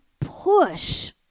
push